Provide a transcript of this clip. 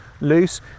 loose